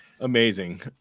Amazing